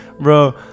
bro